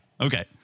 Okay